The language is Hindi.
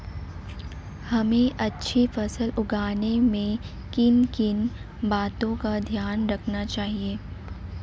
हमें अच्छी फसल उगाने में किन किन बातों का ध्यान रखना चाहिए?